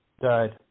died